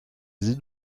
sie